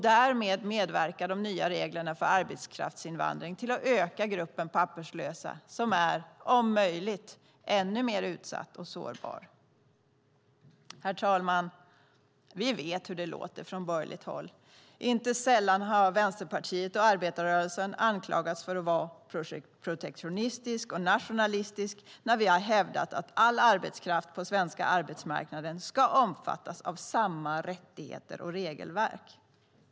Därmed medverkar de nya reglerna för arbetskraftsinvandring till att öka gruppen papperslösa som är, om möjligt, ännu mer utsatt och sårbar. Herr talman! Vi vet hur det låter från borgerligt håll. Inte sällan har Vänsterpartiet och arbetarrörelsen anklagats för att vara protektionistiska och nationalistiska när vi har hävdat att all arbetskraft på den svenska arbetsmarknaden ska omfattas av samma rättigheter och regelverk.